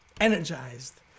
energized